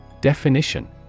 Definition